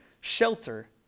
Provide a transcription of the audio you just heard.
shelter